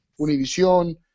Univision